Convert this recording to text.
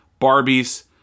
Barbies